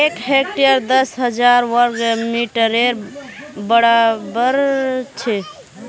एक हेक्टर दस हजार वर्ग मिटरेर बड़ाबर छे